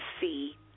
see